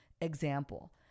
example